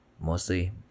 mostly